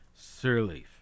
Sirleaf